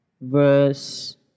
verse